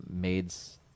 Maid's